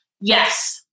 yes